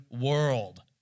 world